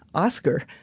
oscar,